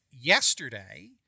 yesterday